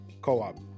co-op